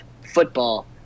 football